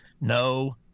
No